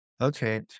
Okay